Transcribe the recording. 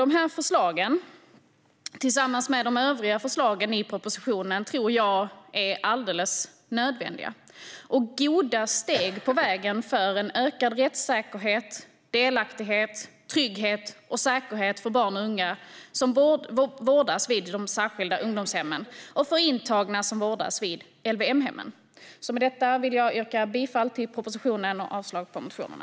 Dessa förslag, tillsammans med övriga förslag i propositionen, tror jag är alldeles nödvändiga. De är goda steg på vägen för en ökad rättssäkerhet, delaktighet, trygghet och säkerhet för barn och unga som vårdas vid de särskilda ungdomshemmen och för intagna som vårdas vid LVM-hemmen. Jag yrkar bifall till propositionen och avslag på motionerna.